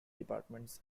departments